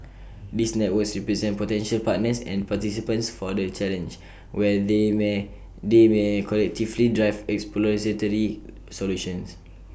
these networks represent potential partners and participants for the challenge where they may collectively drive exploratory solutions